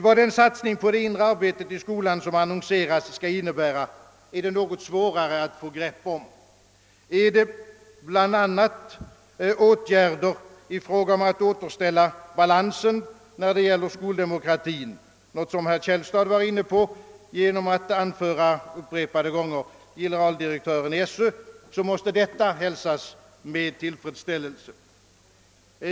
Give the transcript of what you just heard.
Vad den satsning på det inre arbetet i skolan som annonserats skall innebära, är det något svårare att få grepp om. Gäller det bl.a. åtgärder för att återställa balansen i fråga om skoldemokrati, något som herr Källstad var inne på genom att upprepade gånger citera generaldirektören i skolöverstyrelsen, måste det hälsas med tillfredsställelse.